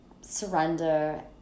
surrender